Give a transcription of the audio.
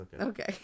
okay